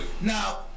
Now